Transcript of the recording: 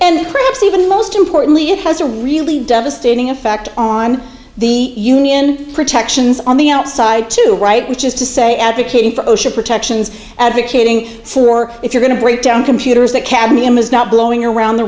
and perhaps even most importantly it has a really devastating effect on the union protections on the outside too right which is to say advocating for osha protections advocating suhr if you're going to break down computers that cadmium is not blowing around the